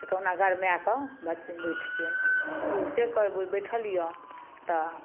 कहुना गरमा कऽ बैठतइ तऽ ओ से करबय बैठल यऽ तऽ